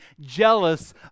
jealous